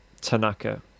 Tanaka